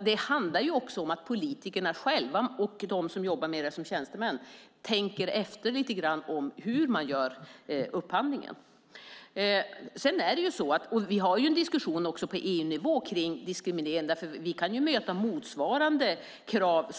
Det handlar också om att politikerna själva och de som jobbar med detta som tjänstemän tänker efter lite grann om hur man gör upphandlingen. Vi har en diskussion på EU-nivå om diskriminering. Vi kan möta motsvarande krav.